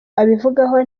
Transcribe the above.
abivugaho